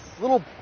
little